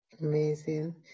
Amazing